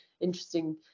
interesting